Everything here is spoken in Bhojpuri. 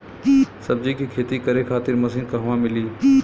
सब्जी के खेती करे खातिर मशीन कहवा मिली?